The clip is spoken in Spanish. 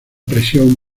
presión